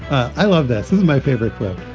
i love this is my favorite quote.